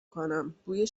کنم، بوی